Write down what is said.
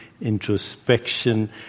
introspection